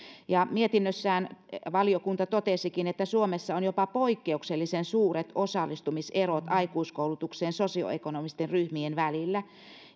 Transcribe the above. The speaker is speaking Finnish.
mietinnössään valiokunta totesikin että suomessa on jopa poikkeuksellisen suuret osallistumiserot aikuiskoulutukseen sosioekonomisten ryhmien välillä